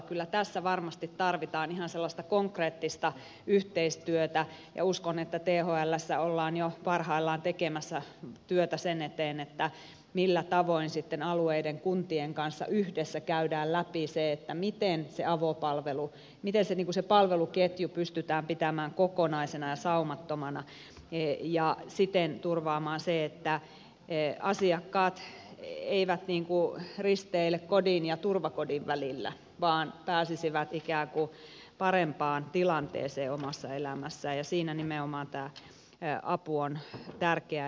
kyllä tässä varmasti tarvitaan ihan sellaista konkreettista yhteistyötä ja uskon että thlssä ollaan jo parhaillaan tekemässä työtä sen eteen millä tavoin sitten alueiden kuntien kanssa yhdessä käydään läpi se miten se avopalvelu miten se palveluketju pystytään pitämään kokonaisena ja saumattomana ja siten turvaamaan se että asiakkaat eivät risteile kodin ja turvakodin välillä vaan pääsisivät ikään kuin parempaan tilanteeseen omassa elämässään ja siinä nimenomaan tämä apu on tärkeää